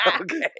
Okay